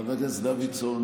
חבר הכנסת דוידסון,